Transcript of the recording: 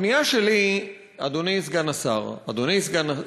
הפנייה שלי, אדוני סגן שר החינוך,